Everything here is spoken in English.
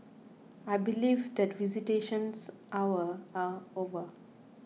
I believe that visitations hour are over